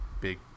big